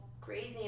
crazy